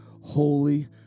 holy